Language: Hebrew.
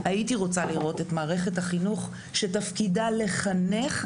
הייתי רוצה לראות את מערכת החינוך שתפקידה לחנך,